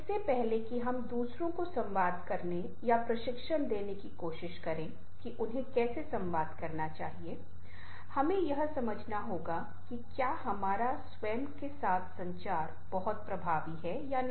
इससे पहले कि हम दूसरों को संवाद करने या प्रशिक्षण देने की कोशिश करें कि उन्हें कैसे संवाद करना चाहिए हमें यह समझना होगा कि क्या हमारा स्वयं के साथ संचार बहुत प्रभावी है या नहीं